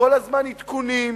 כל הזמן עדכונים.